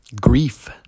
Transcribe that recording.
grief